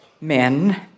men